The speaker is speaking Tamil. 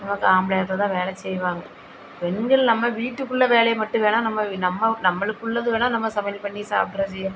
நமக்கு ஆம்பளை ஆட்கள் தான் வேலை செய்வாங்க பெண்கள் நம்ம வீட்டுக்குள்ளே வேலையை மட்டும் வேணால் நம்ம நம்ம நம்மளுக்குள்ளது வேணால் நம்ம சமையல் பண்ணி சாப்பிட்றஜி